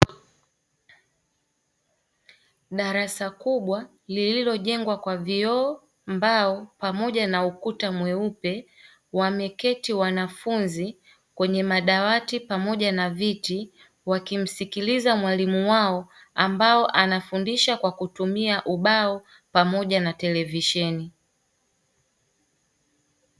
Darasa kubwa lililojengwa kwa vioo, mbao pamoja na ukuta mweupe wameketi wanafunzi kwenye madawati pamoja na viti wakimsikiliza mwalimu wao ambaye anafundisha kwa kutumia ubao pamoja na televisheni.